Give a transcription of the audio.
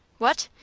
what!